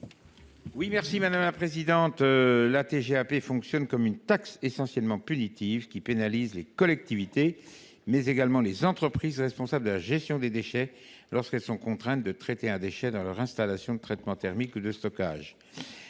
Longeot. Actuellement, la TGAP fonctionne comme une taxe essentiellement punitive, qui pénalise les collectivités et les entreprises responsables de la gestion des déchets lorsqu’elles sont contraintes de traiter un déchet dans leurs installations de traitement thermique ou de stockage.